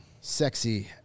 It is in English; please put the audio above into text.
sexy